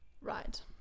Right